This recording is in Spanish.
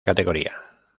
categoría